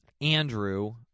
Andrew